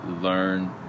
learn